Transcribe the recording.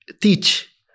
teach